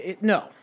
no